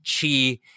Chi